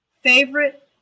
favorite